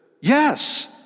yes